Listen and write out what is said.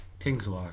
Kingswalk